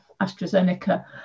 AstraZeneca